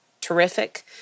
terrific